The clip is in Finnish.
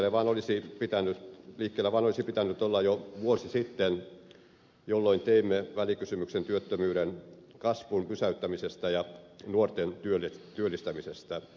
liikkeellä vaan olisi pitänyt olla jo vuosi sitten jolloin teimme välikysymyksen työttömyyden kasvun pysäyttämisestä ja nuorten työllistämisestä